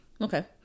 okay